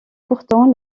pourtant